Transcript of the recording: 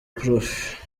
prof